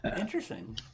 Interesting